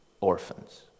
Orphans